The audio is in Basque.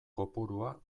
kopurua